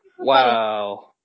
Wow